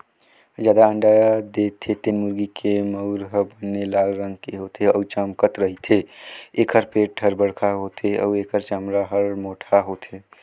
जादा अंडा देथे तेन मुरगी के मउर ह बने लाल रंग के होथे अउ चमकत रहिथे, एखर पेट हर बड़खा होथे अउ एखर चमड़ा हर मोटहा होथे